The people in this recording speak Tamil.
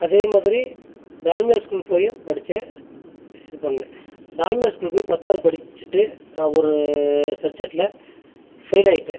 அதே மாதிரி டால்மியா ஸ்கூல் போயும் படிச்சேன் இது பண்ணுனேன் டால்மியா ஸ்கூல் போய் பத்தாவது படிச்சுட்டு நான் ஒரு சப்ஜெக்ட்டில் ஃபெயில் ஆகிட்டேன்